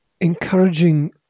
encouraging